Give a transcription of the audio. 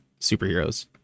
superheroes